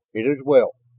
it is well,